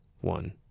one